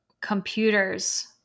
computers